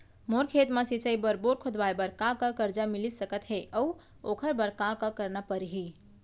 मोर खेत म सिंचाई बर बोर खोदवाये बर का का करजा मिलिस सकत हे अऊ ओखर बर का का करना परही?